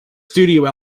studio